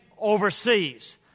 overseas